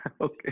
okay